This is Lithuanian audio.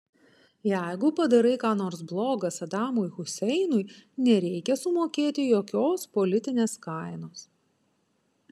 jeigu padarai ką nors bloga sadamui huseinui nereikia sumokėti jokios politinės kainos